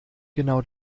genau